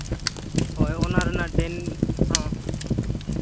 ᱦᱳᱭ ᱚᱱᱟ ᱨᱮᱱᱟᱜ ᱴᱮᱱ ᱦᱚᱸ